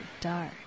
Dark